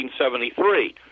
1973